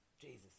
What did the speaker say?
Jesus